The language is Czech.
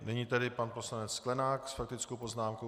Nyní tedy pan poslanec Sklenák s faktickou poznámkou.